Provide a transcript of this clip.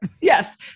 Yes